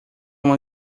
uma